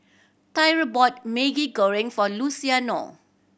Tyreek bought Maggi Goreng for Luciano